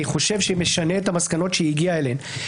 חושב שמשנה את המסקנות שהיא הגיעה אליהן.